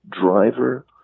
driver